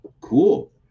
cool